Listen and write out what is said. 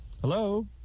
Hello